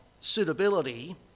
suitability